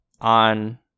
on